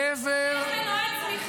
האוצר אמר לנו בדיונים שאין מנועי צמיחה.